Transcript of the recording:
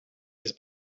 his